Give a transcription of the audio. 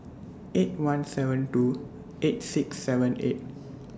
eight one seven two eight six seven eight